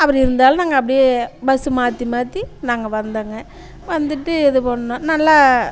அப்புறம் இருந்தாலும் அப்படியே பஸ்ஸு மாற்றி மாற்றி நாங்கள் வந்தோங்க வந்துவிட்டு இது பண்ணோம் நல்லா